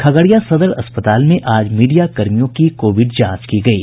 खगड़िया सदर अस्पताल में आज मीडियाकर्मियों की कोविड जांच की गयी